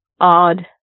odd